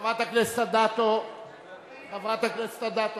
חברת הכנסת אדטו, בבקשה.